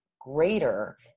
greater